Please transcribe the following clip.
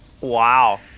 Wow